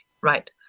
right